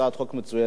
הצעת חוק מצוינת,